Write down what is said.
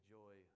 joy